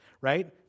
right